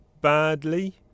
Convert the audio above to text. badly